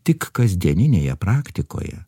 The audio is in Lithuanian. tik kasdieninėje praktikoje